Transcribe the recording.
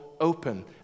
open